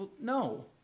no